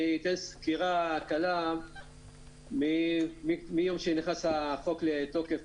אני אתן סקירה קלה מיום שהחוק נכנס לתוקף,